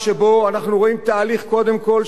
קודם כול שמתרחש לנגד עינינו: